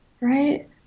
Right